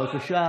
בבקשה.